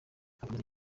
akomeza